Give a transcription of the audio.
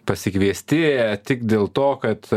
pasikviesti tik dėl to kad